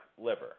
liver